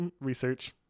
research